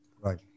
Right